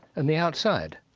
and the outside.